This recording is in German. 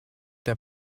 der